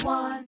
one